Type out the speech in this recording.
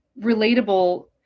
relatable